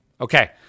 Okay